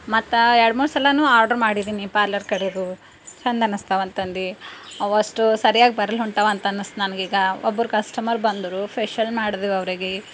ಮತ್ತು ಎರ್ಡು ಮೂರು ಸಲವೂ ಆರ್ಡ್ರ್ ಮಾಡಿದ್ದೀನಿ ಪಾರ್ಲರ್ ಕಡೆದು ಚೆಂದ ಅನ್ನಿಸ್ತಾವೆ ಅಂತಂದು ಅವಷ್ಟು ಸರಿಯಾಗಿ ಬರೋಲ್ಲ ಹೊಂಟಾವ ಅಂತ ಅನ್ನಿಸ್ತು ನನಗೀಗ ಒಬ್ರು ಕಸ್ಟಮರ್ ಬಂದರು ಫೇಶಿಯಲ್ ಮಾಡಿದ್ವಿ ಅವರಿಗೆ